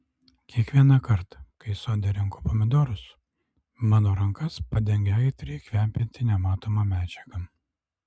kiekvieną kartą kai sode renku pomidorus mano rankas padengia aitriai kvepianti nematoma medžiaga